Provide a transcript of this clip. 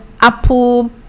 Apple